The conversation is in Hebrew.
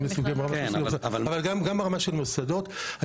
אבל גם ברמה של מוסדות,